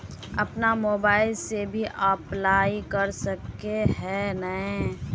अपन मोबाईल से भी अप्लाई कर सके है नय?